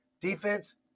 Defense